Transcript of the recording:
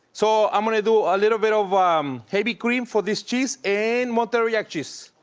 so i'm going to do a little bit of um heavy cream for this cheese and monterey jack cheese.